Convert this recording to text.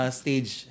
stage